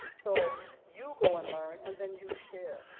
so you go and learn and then you share.